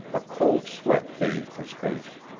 a cold sweat bathed his face.